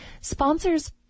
Sponsors